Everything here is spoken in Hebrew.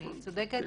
אני צודקת?